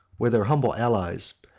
were their humble allies,